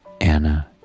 Anna